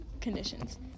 conditions